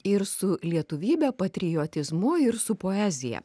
ir su lietuvybe patriotizmu ir su poezija